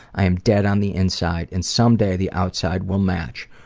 i am dead on the inside and someday the outside will match.